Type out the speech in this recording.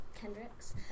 Kendricks